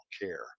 care